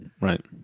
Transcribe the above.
right